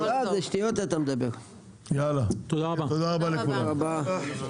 תודה רבה לכולם, הישיבה נעולה.